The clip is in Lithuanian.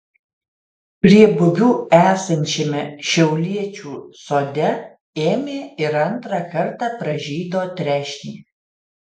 prie bubių esančiame šiauliečių sode ėmė ir antrą kartą pražydo trešnė